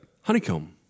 Honeycomb